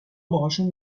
باهاشون